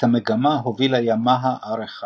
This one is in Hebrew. את המגמה הוביל הימאהה R1